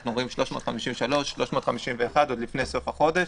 אנחנו רואים 351 עוד לפני סוף החודש,